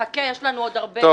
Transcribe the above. חכה, יש לנו עוד הרבה.